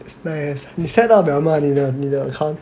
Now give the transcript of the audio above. that's best 你 set up 了吗你的你的 account